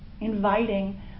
inviting